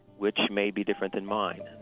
which may be different than mine,